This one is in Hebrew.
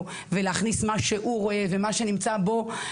ולהכניס מה שהוא רואה ומה שנמצא בו,